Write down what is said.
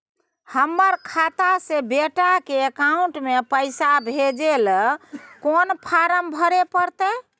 हमर खाता से बेटा के अकाउंट में पैसा भेजै ल कोन फारम भरै परतै?